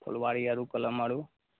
फुलबाड़ी आरु कलम आरु